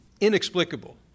inexplicable